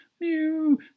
mew